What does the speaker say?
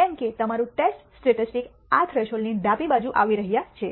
કેમ કે તમારું ટેસ્ટ સ્ટેટિસ્ટિક્સ આ થ્રેશોલ્ડની ડાબી બાજુ આવી રહ્યા છે